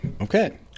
Okay